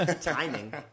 timing